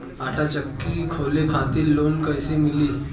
आटा चक्की खोले खातिर लोन कैसे मिली?